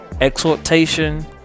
exhortation